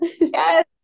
Yes